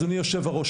אדוני היושב-ראש,